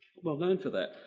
well known for that.